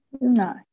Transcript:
No